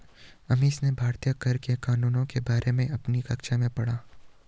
अमीश ने भारतीय कर के कानूनों के बारे में अपनी कक्षा में पढ़ा